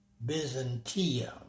Byzantium